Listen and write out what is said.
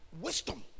wisdom